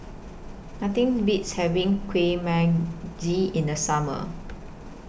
Nothing Beats having Kueh Manggis in The Summer